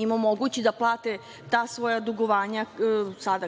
im omogući da plate ta svoja dugovanja